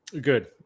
good